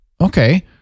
okay